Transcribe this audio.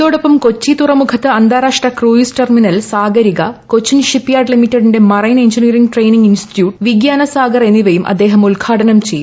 ഇതോടൊപ്പം കൊച്ചി തുറമുഖത്ത് അന്താരാഷ്ട്ര cruise terminal Sagarika Cochin ship yard ലിമിറ്റഡിന്റെ marine engineering training institute Vigyana Sagar എന്നിവയും അദ്ദേഹം ഉദ്ഘാടനം ചെയ്യും